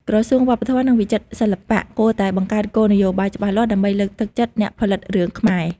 ក្រសួងវប្បធម៌ និងវិចិត្រសិល្បៈគួរតែបង្កើតគោលនយោបាយច្បាស់លាស់ដើម្បីលើកទឹកចិត្តអ្នកផលិតរឿងខ្មែរ។